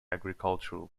agricultural